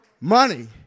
Money